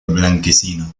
blanquecino